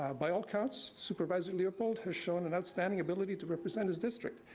ah by all accounts, supervisor leopold has shown an outstanding ability to represent his district.